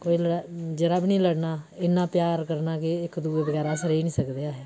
कोई लड़ जरा बी निं लड़ना इन्ना प्यार करना कि इक दूए बगैरा असें रेही निं सकदे ऐहे